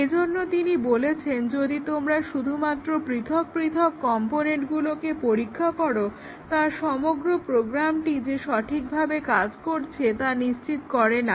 এজন্য তিনি বলেছেন যদি তোমরা শুধুমাত্র পৃথক পৃথক কম্পোনেন্টগুলোকে পরীক্ষা করো তা সমগ্র প্রোগ্রামটি যে সঠিকভাবে কাজ করছে তা নিশ্চিত করে না